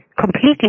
completely